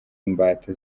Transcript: imbata